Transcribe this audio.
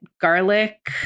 garlic